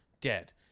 dead